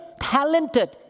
talented